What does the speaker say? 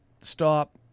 stop